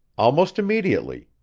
almost immediately.